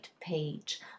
page